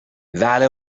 ولی